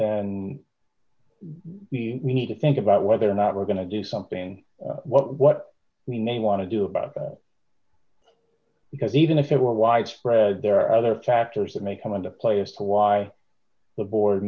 then we need to think about whether or not we're going to do something what we may want to do about it because even if it were widespread there are other factors that may come into play as to why the board